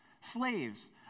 Slaves